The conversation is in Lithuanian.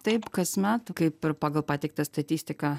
taip kasmet kaip ir pagal pateiktą statistiką